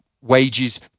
wages